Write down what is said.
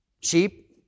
Sheep